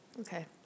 Okay